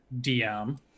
DM